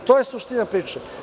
To je suština priče.